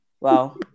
Wow